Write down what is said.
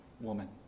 woman